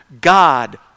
God